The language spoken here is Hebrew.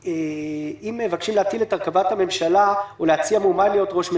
אם מבקשים להטיל את הרכבת הממשלה או להציע מועמד להיות ראש ממשלה,